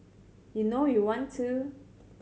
you know you want to